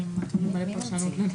זה נתון למלא פרשנות.